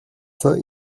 saint